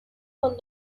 con